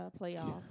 playoffs